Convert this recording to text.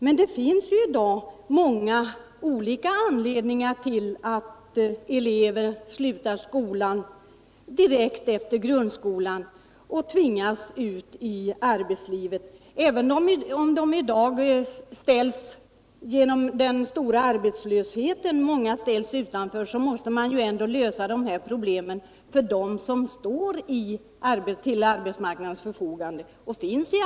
Men det finns i dag många olika orsaker till att elever slutar skolan direkt efter grundskolan och tvingas ut i arbetslivet. Även om många i dag genom den stora arbetslösheten står utanför arbetsmarknaden, måste man lösa problemen för dem som står till arbetsmarknadens förfogande.